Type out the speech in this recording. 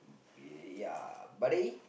ya buddy